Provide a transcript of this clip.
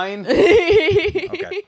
okay